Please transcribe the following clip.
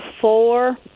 four